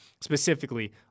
specifically